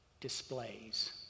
displays